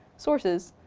sources,